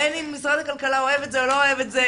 בין אם משרד הכלכלה אוהב את זה או לא אוהב את זה,